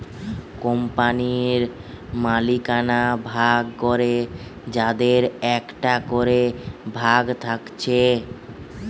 কোম্পানির মালিকানা ভাগ করে যাদের একটা করে ভাগ থাকছে